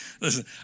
Listen